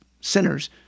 sinners